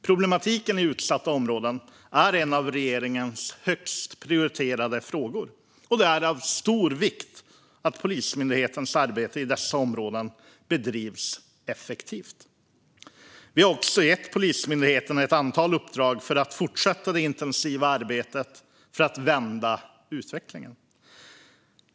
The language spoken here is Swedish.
Problematiken i utsatta områden är en av regeringens högst prioriterade frågor, och det är av stor vikt att Polismyndighetens arbete i dessa områden bedrivs effektivt. Vi har också gett Polismyndigheten ett antal uppdrag för att fortsätta det intensiva arbetet för att vända utvecklingen.